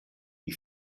you